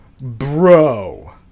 bro